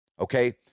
okay